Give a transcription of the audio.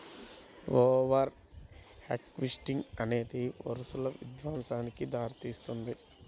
over harvesting అనేది వనరుల విధ్వంసానికి దారితీస్తుంది